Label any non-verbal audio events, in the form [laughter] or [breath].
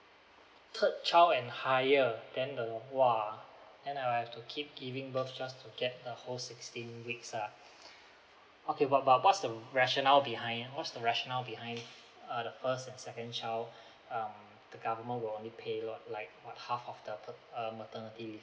third child and higher than the !wah! then I have to keep giving birth just to get the whole sixteen weeks ah [breath] okay but but what's the rationale behind !huh! what's the rationale behind uh the first and second child um the government will only pay lor like half of the pat~ uh maternity leave